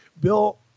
Bill